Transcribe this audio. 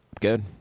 Good